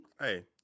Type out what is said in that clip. hey